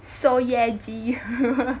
Seo Ye Ji